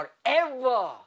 forever